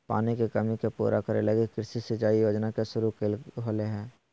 पानी के कमी के पूरा करे लगी कृषि सिंचाई योजना के शुरू होलय हइ